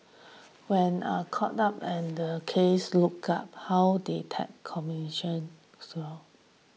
when are caught up and the cases look up how they tap communition slow